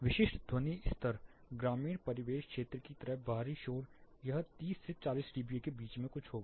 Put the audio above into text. विशिष्ट ध्वनि स्तर ग्रामीण परिवेश क्षेत्र की तरह बाहरी शोर यह 30 से 40 dBA के बीच कुछ होगा